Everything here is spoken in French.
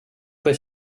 fois